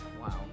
Wow